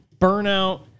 burnout